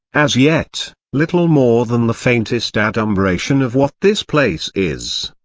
as yet, little more than the faintest adumbration of what this place is.